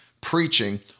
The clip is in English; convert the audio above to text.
preaching